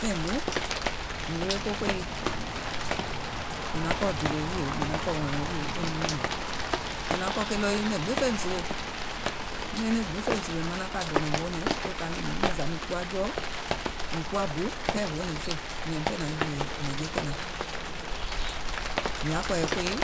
Tàìŋ guùŋ, mìŋ yewe ko kòyiì, mìŋ kɔ̀ dìlìè wùìyè mìŋ naŋ kɔ̀ hɔ̀ɔ̀ɛ̀ŋ wùìyè wèè miŋ nyùnàŋ. Mìŋ naŋ kɔ̀ ɗɔɔ yii nɛ̀ŋ gbiŋ fèìm sìwè, nɛɛnɛŋ gbiŋ fèìm sìwè, manaŋ ka dènàŋ hoònɛ̀ŋ wèè ka nyùnȧŋ, miàŋ zà mìŋ kuwa jɔɔ mìŋ kuwa ɓù kɛɛ hoònɛ̀ŋ fè, mìàm fè nàaŋ jììyè nɛ̀ŋje kènaŋ, mìŋ yaà kɔ̀ɔ̀yɛ̀ kòyiì